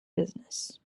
business